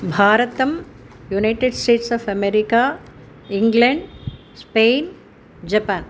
भारतं United States of America England Spain Japan